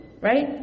right